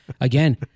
again